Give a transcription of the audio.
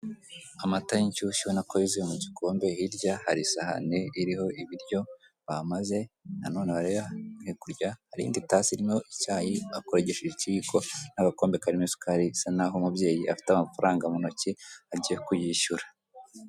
Amata y'incyushyu urabona ko yuzuye mu gikombe, hirya hari isahane iriho ibiryo bamaze, nanone hakurya hari indi itasi irimo icyayi bakorogesheje ikiyiko n'agakombe karimo isukari bisa naho umubyeyi afite amafaranga mu ntoki agiye kuyishyura.